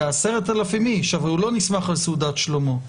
ל-10,000 איש, אבל הוא לא נסמך על סעודת שלמה.